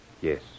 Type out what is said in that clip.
Yes